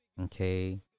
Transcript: okay